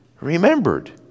remembered